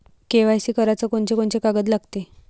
KYC कराच कोनचे कोनचे कागद लागते?